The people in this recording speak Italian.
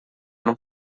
non